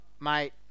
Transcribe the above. Mate